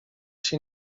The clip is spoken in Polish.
się